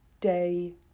day